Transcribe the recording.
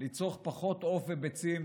לצרוך פחות עוף וביצים.